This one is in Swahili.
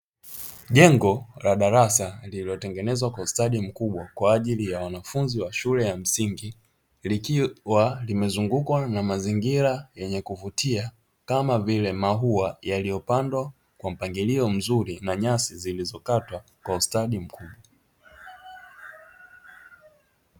Jengo la darasa lililotengenezwa kwa ustadi mkubwa kwa ajili ya wanafunzi wa shule ya msingi, likiwa limezungukwa na mazingira yenye kuvutia kama vile maua yaliyopandwa kwa mpangilio mzuri na nyasi zilizokatwa kwa ustadi mkubwa.